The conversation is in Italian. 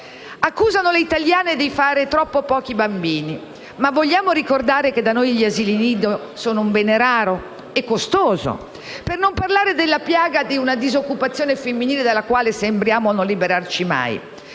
accusano le italiane di fare troppo pochi bambini. Ma vogliamo ricordare che da noi gli asili nido sono un bene raro e costoso? Per non parlare della piaga di una disoccupazione femminile della quale sembriamo non liberarci mai?